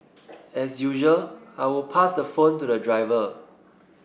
as usual I would pass the phone to the driver